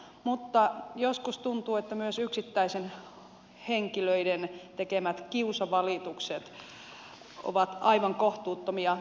mutta joskus tuntuu että myös yksittäisten henkilöiden tekemät kiusavalitukset ovat aivan kohtuuttomia